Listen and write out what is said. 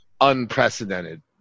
unprecedented